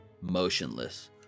motionless